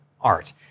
art